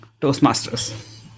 Toastmasters